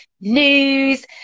news